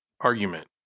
argument